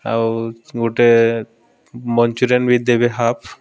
ଆଉ ଗୋଟେ ମଞ୍ଚୁରିୟାନ୍ ବି ଦେବେ ହାଫ୍